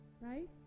Right